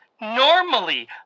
normally